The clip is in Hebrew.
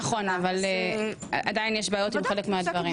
נכון, אבל עדיין יש בעיות עם חלק מהדברים.